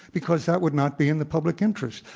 because that would not be in the public interest.